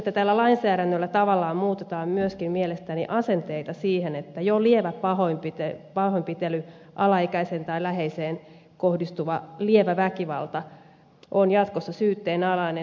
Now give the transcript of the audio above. nyt tällä lainsäädännöllä tavallaan muutetaan myöskin mielestäni asenteita sillä että jo lievä pahoinpitely alaikäiseen tai läheiseen kohdistuva lievä väkivalta on jatkossa yleisen syytteen alainen